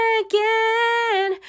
again